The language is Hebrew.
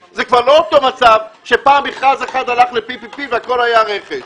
זה כבר לא אותו מצב שפעם מכרז אחד הלך ל-PPP והכול היה רכש.